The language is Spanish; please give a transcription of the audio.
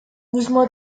mismo